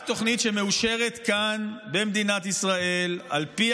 רק תוכנית שמאושרת כאן במדינת ישראל, על פי